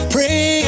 Pray